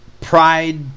pride